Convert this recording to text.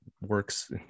works